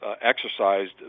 exercised